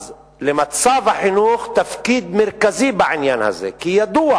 אז למצב החינוך תפקיד מרכזי בעניין הזה, כי ידוע